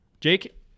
Jake